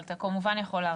אתה כמובן יכול להרחיב,